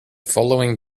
following